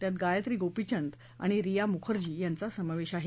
त्यात गायत्री गोपीचंद आणि रिया मुखर्जी यांचा समावेश आहे